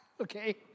okay